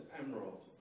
emerald